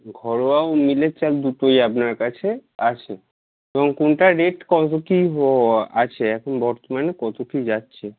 ঘরোয়া ও মিলের চাল দুটোই আপনার কাছে আছে এবং কোনটার রেট কত কী আছে এখন বর্তমানে কত কী যাচ্ছে